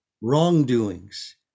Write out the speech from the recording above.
wrongdoings